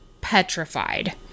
petrified